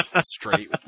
straight